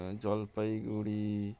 Jalpaiguri